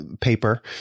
paper